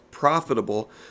profitable